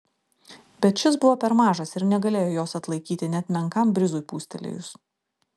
bet šis buvo per mažas ir negalėjo jos atlaikyti net menkam brizui pūstelėjus